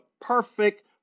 perfect